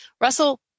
Russell